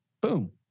Boom